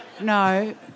No